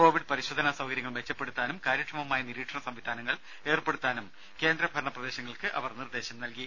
Covid പരിശോധനാ സൌകര്യങ്ങൾ മെച്ചപ്പെടുത്താനും കാര്യക്ഷമമായ നിരീക്ഷണ സംവിധാനങ്ങൾ ഏർപ്പെടുത്താനും കേന്ദ്രഭരണ പ്രദേശങ്ങൾക്ക് അവർ നിർദ്ദേശം നൽകി